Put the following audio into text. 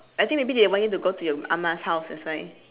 I think maybe they want you to go to your ahma's house that's why